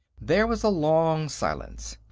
there was a long silence.